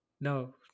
no